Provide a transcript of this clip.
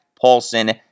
Paulson